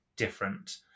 different